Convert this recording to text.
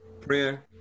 prayer